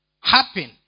happen